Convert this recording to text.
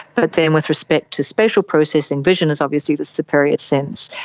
but then with respect to special processing, vision is obviously the superior sense,